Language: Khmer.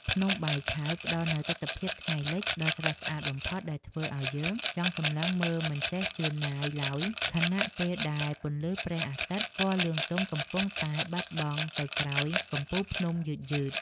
ភ្នំបាយឆៅ ផ្តល់នូវទិដ្ឋភាពថ្ងៃលិចដ៏ស្រស់ស្អាតបំផុតដែលធ្វើឱ្យយើងចង់សម្លឹងមើលមិនចេះជឿនណាយឡើយ ខណៈពេលដែលពន្លឺព្រះអាទិត្យពណ៌លឿងទុំកំពុងតែបាត់បង់ទៅក្រោយកំពូលភ្នំយឺតៗ។